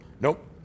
Nope